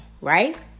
Right